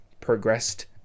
progressed